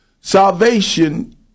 Salvation